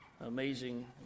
amazing